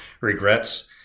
regrets